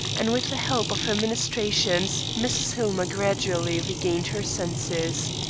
and with the help of her ministrations, mrs. hillmer gradually regained her senses.